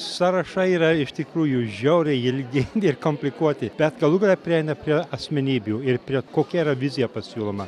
sąrašai yra iš tikrųjų žiauriai ilgi ir komplikuoti bet galų gale prieina prie asmenybių ir prie kokia yra vizija pasiūloma